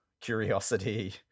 curiosity